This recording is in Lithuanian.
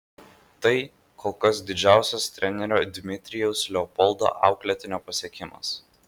tai kol kas didžiausias trenerio dmitrijaus leopoldo auklėtinio pasiekimas